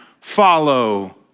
follow